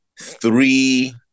three